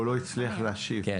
הוא לא הצליח להשיב,